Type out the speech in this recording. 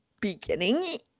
beginning